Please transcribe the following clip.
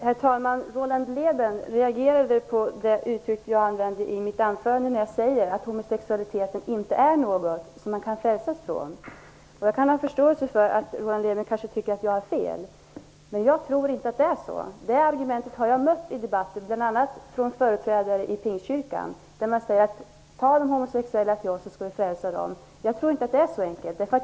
Herr talman! Roland Lében reagerade mot ett uttryck som jag använda i mitt anförande, att homosexualiteten inte är något som man kan frälsas från. Jag kan ha förståelse för att Roland Lében kanske tycker att jag har fel, men jag tror inte att jag har det. Jag har mött det här argumentet i debatten. bl.a. från företrädare för Pingstkyrkan, där man säger att om de homosexuella säger ja, skall man frälsa dem. Jag tror inte att det är så enkelt.